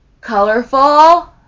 colorful